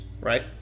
right